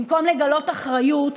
במקום לגלות אחריות,